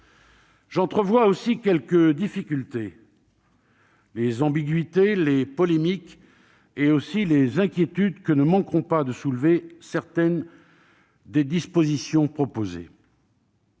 J'entrevois aussi les difficultés, les ambiguïtés, les polémiques et les inquiétudes que ne manqueront pas de susciter certaines des dispositions proposées.